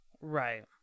Right